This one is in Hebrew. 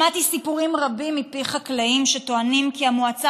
שמעתי סיפורים רבים מפי חקלאים שטוענים כי המועצה